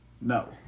No